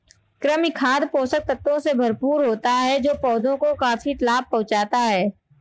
कृमि खाद पोषक तत्वों से भरपूर होता है जो पौधों को काफी लाभ पहुँचाता है